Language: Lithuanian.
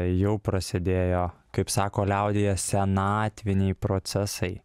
jau prasidėjo kaip sako liaudyje senatviniai procesai